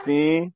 Sim